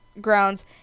grounds